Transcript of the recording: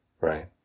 Right